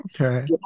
Okay